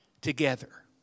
together